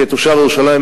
כתושב ירושלים,